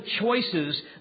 choices